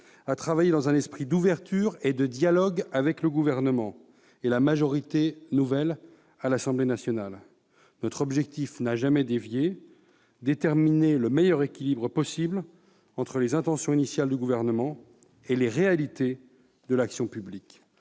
à travailler dans un esprit d'ouverture et de dialogue avec le Gouvernement et la nouvelle majorité à l'Assemblée nationale. Notre objectif n'a jamais dévié : déterminer le meilleur équilibre possible entre les intentions initiales du Gouvernement et les réalités de l'action publique.